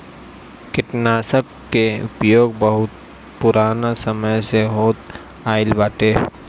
कीटनाशकन कअ उपयोग बहुत पुरान समय से होत आइल बाटे